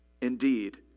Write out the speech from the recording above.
Indeed